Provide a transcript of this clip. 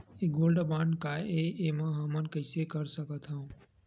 ये gold bond काय ए एमा हमन कइसे कर सकत हव?